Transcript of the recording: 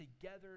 together